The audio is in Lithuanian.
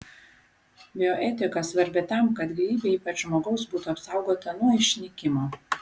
bioetika svarbi tam kad gyvybė ypač žmogaus būtų apsaugota nuo išnykimo